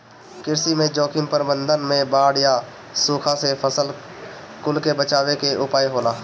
कृषि में जोखिम प्रबंधन में बाढ़ या सुखा से फसल कुल के बचावे के उपाय होला